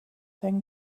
then